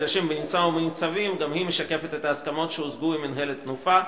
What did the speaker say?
להלוואה עומדת ישקף הסכמות שהגיעו אליהן עם מינהלת "תנופה".